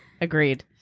Agreed